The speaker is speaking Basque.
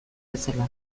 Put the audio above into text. bezala